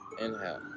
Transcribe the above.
Inhale